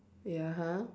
ya ha